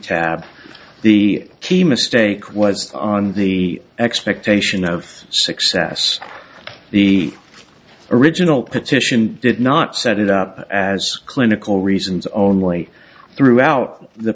have the key mistake was on the expectation of success the original petition did not set it up as clinical reasons only threw out the